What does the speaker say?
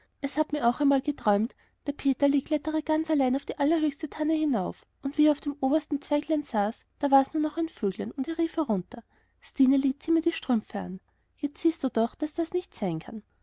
es hat mir auch einmal geträumt der peterli kletterte ganz allein auf die allerhöchste tanne hinauf und wie er auf dem obersten zweiglein saß da war's nur noch ein vogel und er rief herunter stineli zieh mir die strümpf an jetzt siehst du doch daß das nichts sein kann